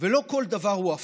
ולא כל דבר הוא הפיך.